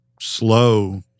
slow